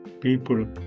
people